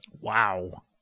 Wow